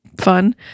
fun